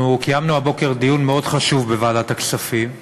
אנחנו קיימנו הבוקר דיון מאוד חשוב בוועדת הכספים.